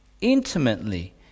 intimately